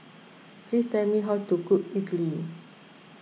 please tell me how to cook Idili